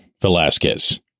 Velasquez